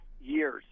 years